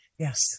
Yes